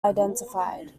identified